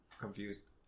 confused